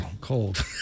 cold